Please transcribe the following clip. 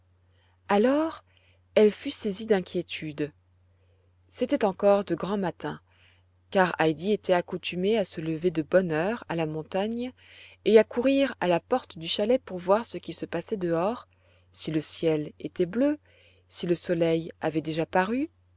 alors elle fût saisie d'inquiétude c'était encore de grand matin car heidi était accoutumée à se lever de bonne heure à la montagne et à courir à la porte du chalet pour voir ce qui se passait dehors si le ciel était bleu si le soleil avait déjà paru